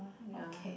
ya